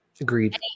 Agreed